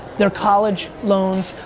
their college loans,